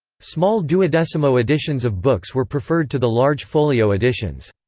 small duodecimo editions of books were preferred to the large folio editions.